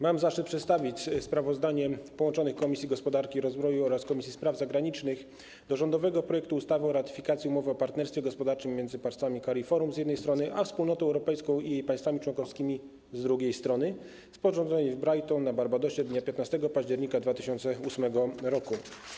Mam zaszczyt przedstawić sprawozdanie połączonych Komisji: Gospodarki i Rozwoju oraz Spraw Zagranicznych o rządowym projekcie ustawy o ratyfikacji Umowy o partnerstwie gospodarczym między państwami CARIFORUM, z jednej strony, a Wspólnotą Europejską i jej państwami członkowskimi, z drugiej strony, sporządzonej w Bridgetown na Barbadosie dnia 15 października 2008 r.